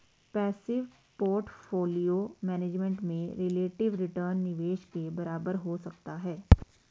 passive portfolio management में relative return निवेश के बराबर हो सकता है